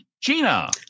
Gina